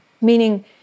meaning